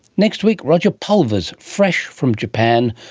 next week, roger pulvers fresh from japan,